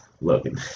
Logan